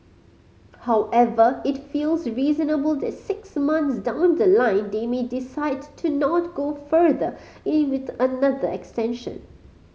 however it feels reasonable that six months down the line they may decide to not go further with another extension